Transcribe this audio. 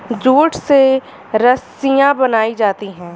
jute से रस्सियां बनायीं जाती है